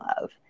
love